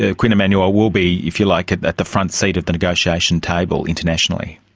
ah quinn emanuel will be, if you like, at at the front seat of the negotiation table internationally.